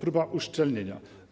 próba uszczelnienia.